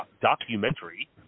documentary